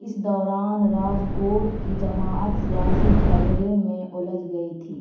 اس دوران راجکوٹ کی جماعت سیاسی جھگڑے میں الجھ گئی تھی